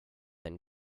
and